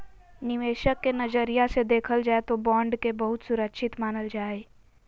निवेशक के नजरिया से देखल जाय तौ बॉन्ड के बहुत सुरक्षित मानल जा हइ